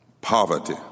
poverty